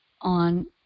on